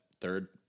third